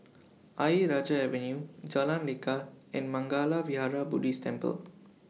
Ayer Rajah Avenue Jalan Lekar and Mangala Vihara Buddhist Temple